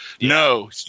No